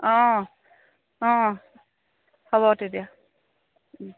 অঁ অঁ হ'ব তেতিয়া